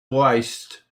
waist